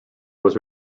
was